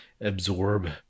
absorb